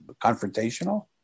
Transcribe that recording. confrontational